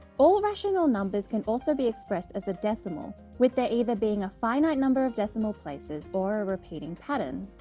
all rational numbers can also be expressed as a decimal with their either being a finite number of decimal places or a repeating pattern.